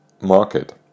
market